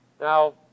Now